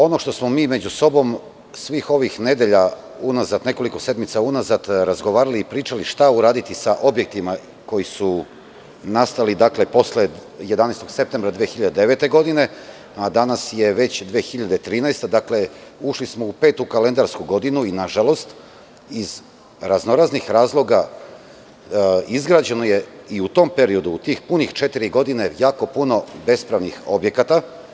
Ono što smo među sobom, svih ovih nedelja, razgovarali, pričali šta uraditi sa objektima koji su nastali posle 11. septembra 2009. godine, a danas je već 2013. godina, dakle ušli smo u petu kalendarsku godinu, nažalost, iz raznoraznih razloga izgrađeno je u tom periodu, te pune četiri godine, jako puno bespravnih objekata.